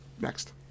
Next